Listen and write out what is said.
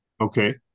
Okay